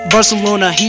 Barcelona